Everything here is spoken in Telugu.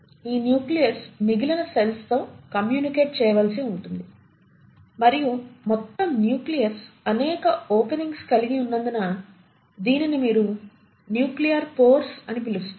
ఈ న్యూక్లియస్ మిగిలిన సెల్స్ తో కమ్యూనికేట్ చేయవలసి ఉంటుంది మరియు మొత్తం న్యూక్లియస్ అనేక ఓపెనింగ్స్ కలిగి ఉన్నందున దీనిని మీరు న్యూక్లియర్ పోర్స్ అని పిలుస్తారు